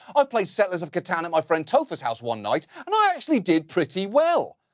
i played settlers of catan at my friend topher's house one night, and i actually did pretty well.